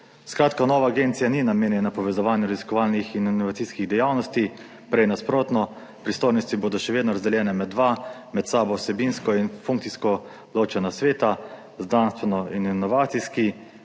Skratka, nova agencija ni namenjena povezovanju raziskovalnih in inovacijskih dejavnosti, prej nasprotno, pristojnosti bodo še vedno razdeljene med dva med sabo vsebinsko in funkcijsko ločena sveta, znanstveni in inovacijski.